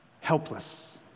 helpless